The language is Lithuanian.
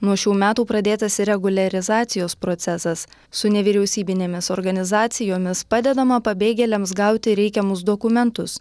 nuo šių metų pradėtas ir reguliarizacijos procesas su nevyriausybinėmis organizacijomis padedama pabėgėliams gauti reikiamus dokumentus